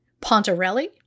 Pontarelli